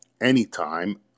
anytime